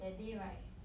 that day right